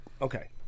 okay